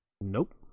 Nope